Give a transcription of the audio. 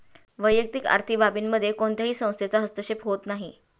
वैयक्तिक आर्थिक बाबींमध्ये कोणत्याही संस्थेचा हस्तक्षेप होत नाही